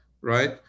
right